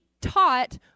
taught